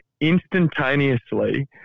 instantaneously